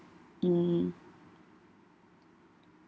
mm